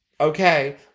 okay